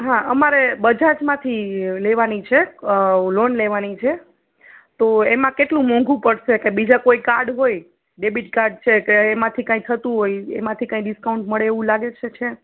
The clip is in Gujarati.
હા અમારે બજાજમાંથી લેવાની છે લોન લેવાની છે તો એમાં કેટલું મોંઘું પડશે કે બીજા કોઈ કાર્ડ હોય ડેબીટ કાર્ડ છે કે એમાંથી કાઈ થતું હોય તો એમાંથી કાઈ ડિસ્કાઉન્ટ મળે એવું લાગે છે છે